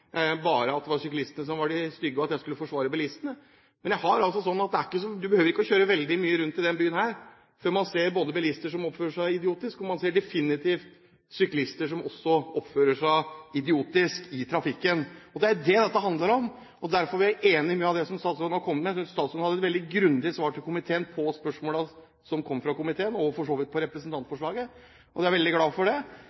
var de stygge, og at jeg skulle forsvare bilistene. Man behøver ikke å kjøre veldig mye rundt i denne byen før man både ser bilister som oppfører seg idiotisk i trafikken, og ser syklister som også definitivt oppfører seg idiotisk i trafikken. Det er jo det dette handler om, og derfor er jeg enig i mye av det som statsråden har kommet med. Jeg synes statsråden hadde et veldig grundig svar til komiteen på spørsmålene som kom fra komiteen, og for så vidt på